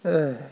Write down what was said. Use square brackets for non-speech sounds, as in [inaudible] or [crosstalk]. [noise]